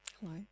Hello